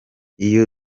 iyo